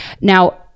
Now